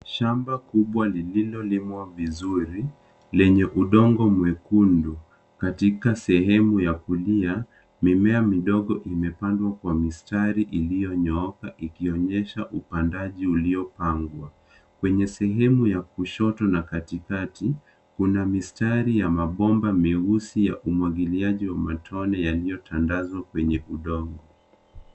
Shamba kubwa lililolimwa vizuri lenye udongo mwekundu, katika sehemu ya kulia, mimea midogo imepandwa kwa mistari iliyonyooka ikionyesha upandaji uliopangwa. Kwenye sehemu ya kushoto na katikati, kuna mistari ya mabomba meusi ya umwagiliaji wa matone yaliyotandazwa kwenye udongo.